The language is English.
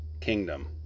kingdom